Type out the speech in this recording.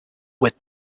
with